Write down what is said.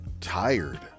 tired